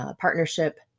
partnership